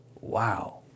Wow